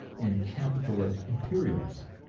and capitalist imperialism?